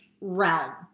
realm